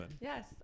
Yes